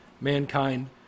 mankind